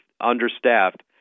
understaffed